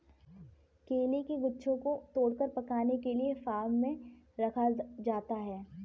केले के गुच्छों को तोड़कर पकाने के लिए फार्म में रखा जाता है